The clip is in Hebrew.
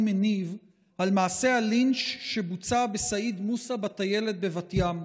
מניב על מעשה הלינץ' שבוצע בסעיד מוסא בטיילת בבת ים.